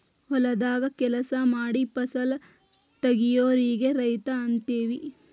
ಹೊಲದಾಗ ಕೆಲಸಾ ಮಾಡಿ ಫಸಲ ತಗಿಯೋರಿಗೆ ರೈತ ಅಂತೆವಿ